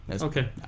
Okay